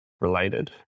related